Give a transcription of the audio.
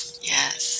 Yes